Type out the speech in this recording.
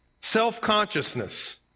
self-consciousness